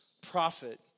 prophet